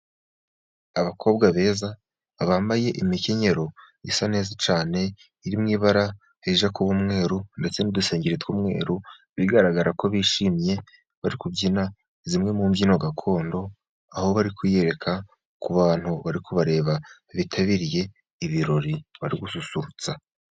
Abakobwa beza bambaye imikenyero isa neza cyane, iri mu ibara rijya kuba umweru ndetse n'udusengeri tw'umweru, bigaragara ko bishimye bari kubyina, zimwe mu mbyino gakondo aho bari kwiyereka, ku bantu bari kubareba bitabiriye ibirori bari gususurutsa.